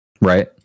Right